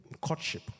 courtship